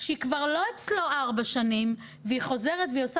שהיא כבר לא אצלו ארבע שנים והיא חוזרת והיא עושה